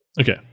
Okay